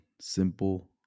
simple